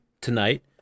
tonight